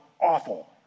awful